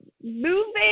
moving